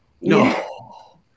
No